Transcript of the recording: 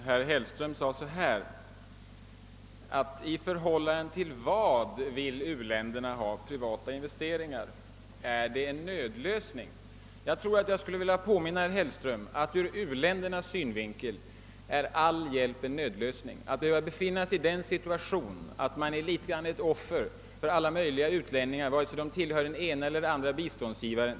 Herr talman! Herr Hellström frågade: I förhållande till vad vill u-länderna ha privata investeringar? Är det en nödlösning? Jag skulle vilja påminna herr Hellström om att all hjälp är en nödlösning ur u-ländernas synvinkel. Det är över huvud taget obehagligt att behöva befinna sig i en sådan situation att man är ett offer för alla möjliga utlänningar, oavsett om dessa tillhör det ena eller det andra biståndsgivarlandet.